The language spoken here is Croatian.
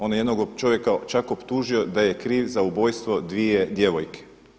On je jednog čovjeka čak optužio da je kriv za ubojstvo dvije djevojke.